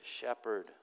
shepherd